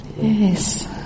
Yes